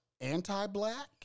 anti-black